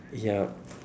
yup